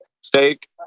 steak